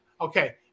Okay